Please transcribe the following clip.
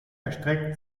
erstreckt